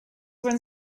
when